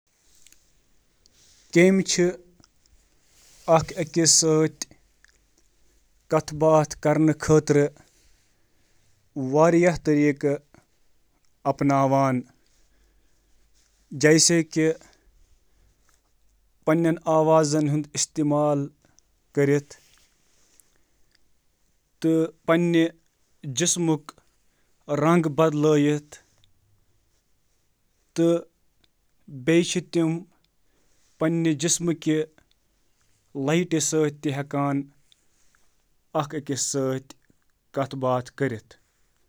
کینٛہہ کیٚمۍ چھ آواز پٲدٕ کٔرتھ کتھ باتھ کران ییٚلہ زن باقی کیٚمۍ کتھ باتھ کرنہٕ خٲطرٕ گاش خارج کران چھ۔